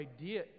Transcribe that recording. idea